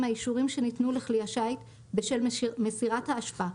האישורים שניתנו לכלי השיט בשל מסירת האשפה,